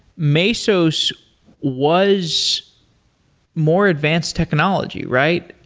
mesos was more advanced technology, right?